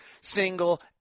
single